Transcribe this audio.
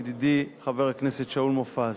ידידי חבר הכנסת שאול מופז: